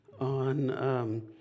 on